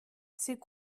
c’est